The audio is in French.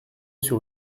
sur